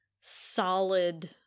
solid